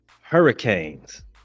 Hurricanes